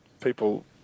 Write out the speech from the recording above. people